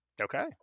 Okay